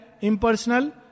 Impersonal